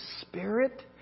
spirit